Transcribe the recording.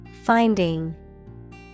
finding